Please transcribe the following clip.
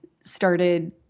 started